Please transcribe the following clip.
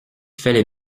fallait